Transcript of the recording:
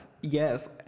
Yes